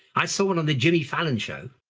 i saw one on the jimmy fallon show,